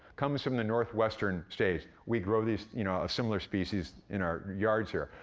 comes from the northwestern states. we grow these, you know, a similar species in our yards here.